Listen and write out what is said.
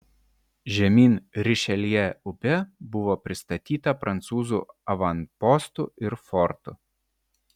žemyn rišeljė upe buvo pristatyta prancūzų avanpostų ir fortų